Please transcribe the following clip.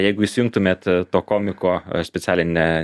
jeigu įsijungtumėt to komiko specialiai ne